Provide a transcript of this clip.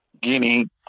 Guinea